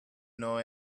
know